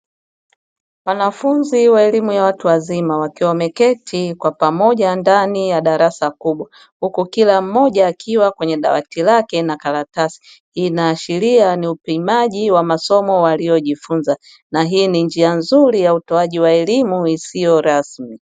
Wanafunzi wa elimu ya watu wazima wakiwa wameketi kwa pamoja ndani ya darasa kubwa, huku kila mmoja akiwa kwenye dawati lake na karatasi. Hii inaashiria upimaji wa masomo waliojifunza na hii ni njia nzuri ya utoaji wa elimu isiyo rasmi.